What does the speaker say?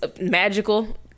magical